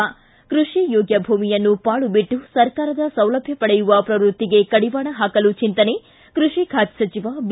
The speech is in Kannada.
ಕ್ಕೆಷಿಯೋಗ್ಗ ಭೂಮಿಯನ್ನು ಪಾಳು ಬಿಟ್ಟು ಸರ್ಕಾರದ ಸೌಲಭ್ಯ ಪಡೆಯುವ ಪ್ರವೃತ್ತಿಗೆ ಕಡಿವಾಣ ಹಾಕಲು ಚಿಂತನೆ ಕೃಷಿ ಖಾತೆ ಸಚಿವ ಬಿ